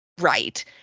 right